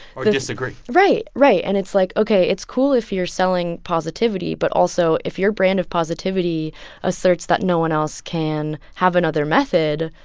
or disagree right. right. and it's, like, ok. it's cool if you're selling positivity. but also, if your brand of positivity asserts that no one else can have another method,